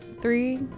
Three